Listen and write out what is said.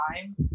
time